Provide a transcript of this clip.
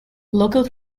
local